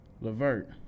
Levert